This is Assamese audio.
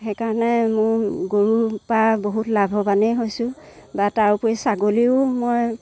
সেইকাৰণে মোৰ গৰু পৰা বহুত লাভৱানেই হৈছোঁ বা তাৰ উপৰি ছাগলীও মই